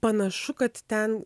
panašu kad ten